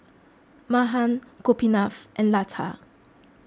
Mahan Gopinath and Lata